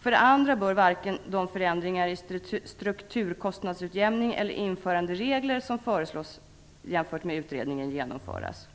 För det andra bör varken de förändringar i strukturkostnadsutjämning eller införanderegler som föreslås, jämfört med utredningen, genomföras.